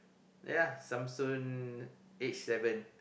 ya some student age 7